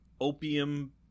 opium